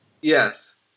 Yes